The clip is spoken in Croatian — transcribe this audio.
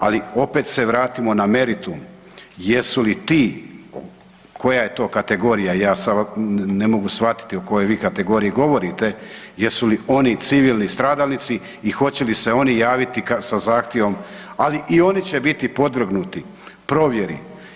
Ali opet se vratimo na meritum, jesu li ti, koja je to kategorija, ja sad ne mogu shvatiti o kojoj vi kategoriji govorite, jesu li oni civilni stradalnici i hoće li se oni javiti sa zahtjevom, ali i oni će biti podvrgnuti provjeri.